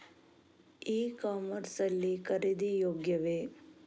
E commerce ಲ್ಲಿ ಖರೀದಿ ಯೋಗ್ಯವೇ?